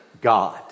God